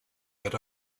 but